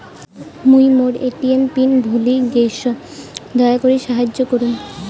মুই মোর ATM PIN ভুলে গেইসু, দয়া করি সাহাইয্য করুন